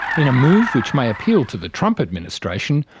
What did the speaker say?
in a move which may appeal to the trump administration,